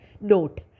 note